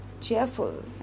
cheerful